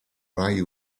rai